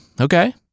okay